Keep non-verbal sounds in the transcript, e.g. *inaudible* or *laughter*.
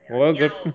我的 girl *laughs*